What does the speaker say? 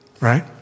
right